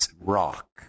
rock